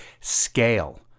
scale